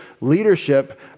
leadership